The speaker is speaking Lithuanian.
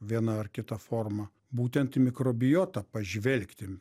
viena ar kita forma būtent į mikrobiotą pažvelgti